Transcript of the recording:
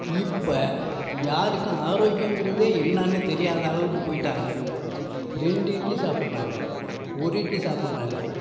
இப்போ யாருக்கும் ஆரோக்கியம்ங்கிறதே என்னன்னு தெரியாதளவுக்கு போயிட்டாங்க ரெண்டு இட்லி சாப்பிடறாங்க ஒரு இட்லி சாப்பிடறாங்க